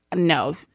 no,